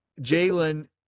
Jalen